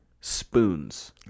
spoons